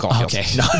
Okay